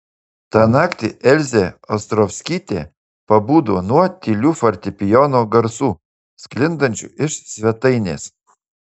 tą naktį elzė ostrovskytė pabudo nuo tylių fortepijono garsų sklindančių iš svetainės